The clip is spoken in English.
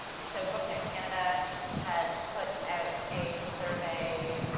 so, booknet canada had put out a survey,